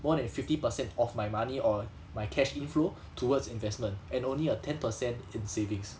more than fifty per cent of my money or my cash inflow towards investment and only a ten per cent in savings